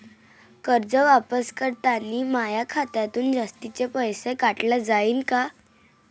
कर्ज वापस करतांनी माया खात्यातून जास्तीचे पैसे काटल्या जाईन का?